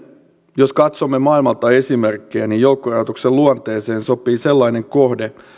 jos katsomme maailmalta esimerkkejä joukkorahoituksen luonteeseen sopii sellainen kohde